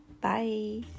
Bye